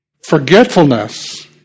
forgetfulness